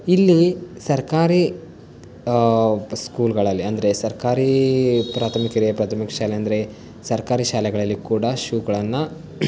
ಇಲ್ಲಿ ಸರ್ಕಾರಿ ಸ್ಕೂಲ್ಗಳಲ್ಲಿ ಅಂದರೆ ಸರ್ಕಾರಿ ಪ್ರಾಥಮಿಕ ಹಿರಿಯ ಪ್ರಾಥಮಿಕ ಶಾಲೆಂದ್ರೆ ಸರ್ಕಾರಿ ಶಾಲೆಗಳಲ್ಲಿ ಕೂಡ ಶೂಗಳನ್ನು